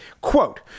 Quote